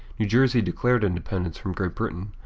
new jersey declared independence from great britain,